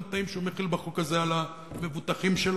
תנאים שהוא מחיל בחוק הזה על המבוטחים שלו?